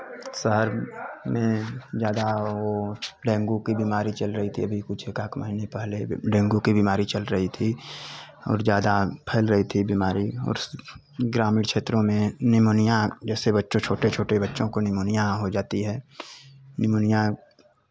शहर में ज्यादा वो डेंगू की बीमारी चल रही थी अभी कुछ एकाक महीने पहले डेंगू की बीमारी चल रही थी और ज़्यादा फैल रही थी बीमारी और ग्रामीण क्षेत्रो में निमोनिया जैसे बच्चे छोटे छोटे बच्चों को निमोनिया हो जाती है निमोनिया